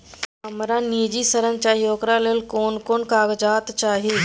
हमरा निजी ऋण चाही ओकरा ले कोन कोन कागजात चाही?